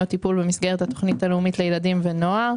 טיפול במסגרת התוכנית הלאומית לילדים ונוער.